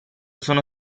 sono